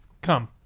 Come